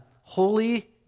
holy